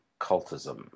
cultism